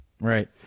Right